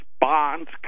bonds